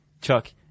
Chuck